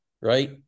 right